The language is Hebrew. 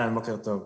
בוקר טוב.